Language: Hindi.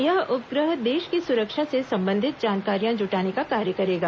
यह उपग्रह देश की सुरक्षा से संबंधित जानकारियां जुटाने का कार्य करेगा